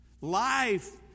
Life